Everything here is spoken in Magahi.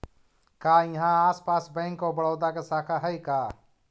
का इहाँ आसपास बैंक ऑफ बड़ोदा के शाखा हइ का?